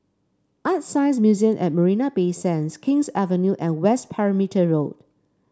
ArtScience Museum at Marina Bay Sands King's Avenue and West Perimeter Road